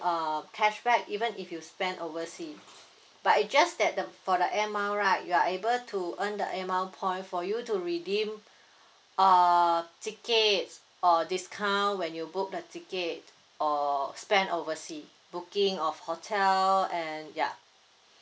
uh cashback even if you spend overseas but it just that the for the Air Miles right you are able to earn the Air Miles point for you to redeem uh tickets or discount when you book the tickets or spend overseas booking of hotel and ya